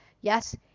yes